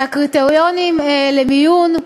שהקריטריונים למיון,